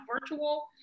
virtual